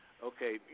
Okay